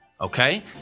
Okay